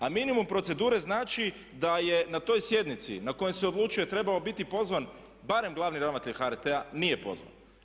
A minimum procedure znači da je na toj sjednici na kojoj se odlučuje trebao biti pozvan barem glavni ravnatelj HRT-a, a nije pozvan.